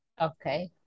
Okay